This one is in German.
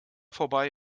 vorbei